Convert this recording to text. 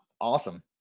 Awesome